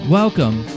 welcome